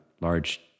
large